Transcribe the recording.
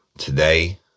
Today